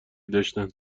داشتند